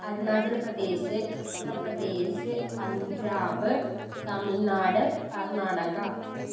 Arunachal Pradesh Uttar Pradesh Punjab Tamil Nadu Karnataka